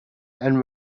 and